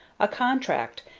a contract,